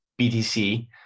BTC